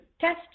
test